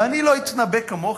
ואני לא אתנבא כמוכם,